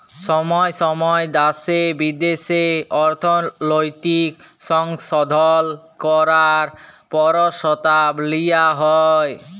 ছময় ছময় দ্যাশে বিদ্যাশে অর্থলৈতিক সংশধল ক্যরার পরসতাব লিয়া হ্যয়